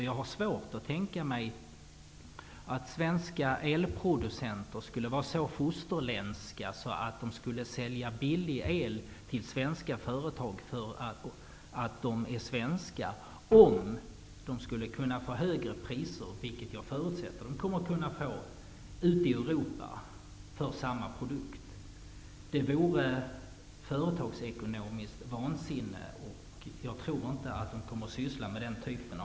Jag har svårt att tänka mig att svenska elproducenter skulle vara så fosterländska att de sålde billig el till svenska företag därför att de är svenska, om de skulle kunna få högre priser - vilket jag förutsätter att de kommer att kunna få - ute i Europa för samma produkt. Det vore företagsekonomiskt vansinne, och jag tror inte att de kommer att syssla med det.